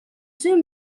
soon